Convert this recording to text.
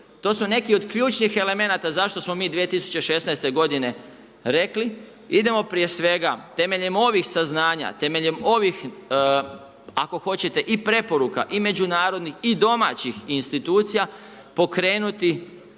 To su neki od ključnih elemenata zašto smo mi 2016. godine rekli, idemo prije svega temeljem ovih saznanja, temeljem ovih ako hoćete i preporuka i međunarodnih i domaćih institucija pokrenuti